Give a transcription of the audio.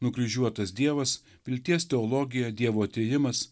nukryžiuotas dievas vilties teologija dievo atėjimas